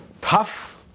tough